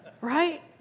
Right